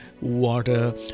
water